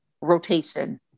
rotation